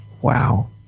wow